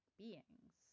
beings